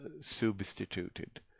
substituted